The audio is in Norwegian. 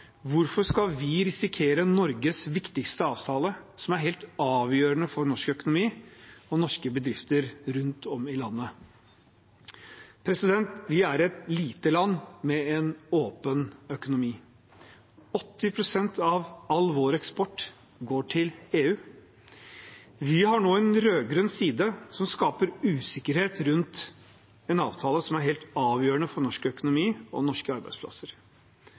hvorfor skal vi risikere Norges viktigste avtale, som er helt avgjørende for norsk økonomi og norske bedrifter rundt om i landet? Vi er et lite land med en åpen økonomi. 80 pst. av all vår eksport går til EU. Vi har nå en rød-grønn side som skaper usikkerhet rundt en avtale som er helt avgjørende for norsk økonomi og norske arbeidsplasser.